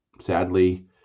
Sadly